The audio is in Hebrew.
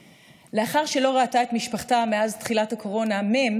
לאחר שלא ראתה את משפחתה מאז תחילת הקורונה, מ',